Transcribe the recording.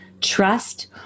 trust